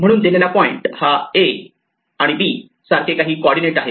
म्हणून दिलेला पॉईंट हा a b सारखे काही कॉर्डीनेट आहेत